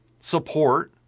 support